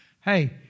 Hey